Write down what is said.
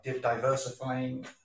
diversifying